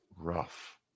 Rough